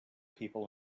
people